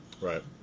right